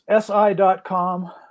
si.com